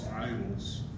idols